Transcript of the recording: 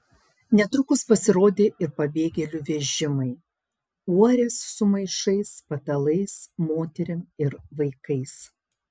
netrukus pasirodė ir pabėgėlių vežimai uorės su maišais patalais moterim ir vaikais